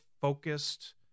focused